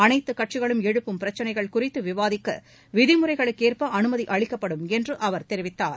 அனைத்துக் கட்சிகளும் எழுப்பும் பிரச்சினைகள் குறித்து விவாதிக்க விதிமுறைகளுக்கேற்ப அனுமதி அளிக்கப்படும் என்று அவர் தெரிவித்தார்